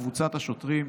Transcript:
קבוצת השוטרים,